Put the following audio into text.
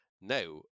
Now